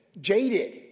jaded